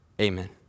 amen